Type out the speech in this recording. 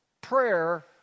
Prayer